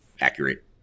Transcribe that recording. accurate